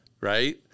right